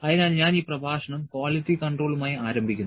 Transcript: അതിനാൽ ഞാൻ ഈ പ്രഭാഷണം ക്വാളിറ്റി കൺട്രോളുമായി ആരംഭിക്കുന്നു